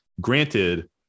Granted